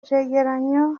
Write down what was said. cegeranyo